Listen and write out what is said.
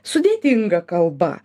sudėtinga kalba